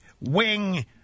wing